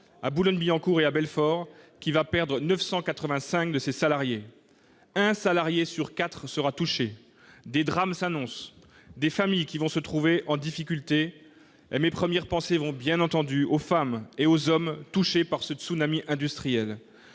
à Boulogne-Billancourt et à Belfort, site qui va perdre 985 de ses salariés ! Un salarié sur quatre sera touché. Des drames s'annoncent ; des familles vont se trouver en difficulté. Mes premières pensées vont, bien entendu, aux femmes et aux hommes touchés par ce tsunami industriel.